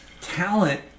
Talent